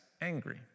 angry